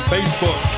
Facebook